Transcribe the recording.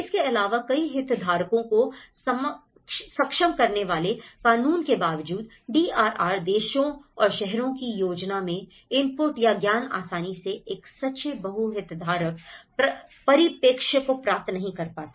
इसके अलावा कई हितधारकों को सक्षम करने वाले कानून के बावजूद डीआरआर देशों और शहरों की योजना में इनपुट या ज्ञान आसानी से एक सच्चे बहु हितधारक परिप्रेक्ष्य को प्राप्त नहीं कर पाता